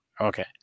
Okay